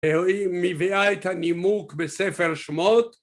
מביאה את הנימוק בספר שמות